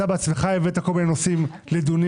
אתה בעצמך הבאת כל מיני נושאים לדיונים